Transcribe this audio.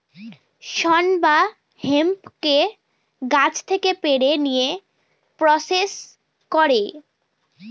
শন বা হেম্পকে গাছ থেকে পেড়ে নিয়ে প্রসেস করে